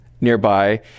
nearby